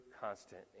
constant